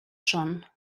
schon